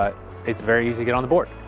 it's very easy to get on the board.